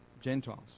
Gentiles